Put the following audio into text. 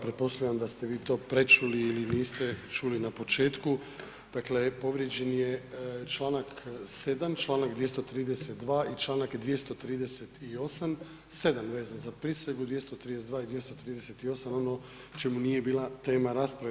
Pretpostavljam da ste vi to prečuli ili niste čuli na početku, dakle povrijeđen je članak 7., članak 232. i članak 238., 7. vezan za prisegu, 232. i 238. ono čemu nije bila tema rasprave.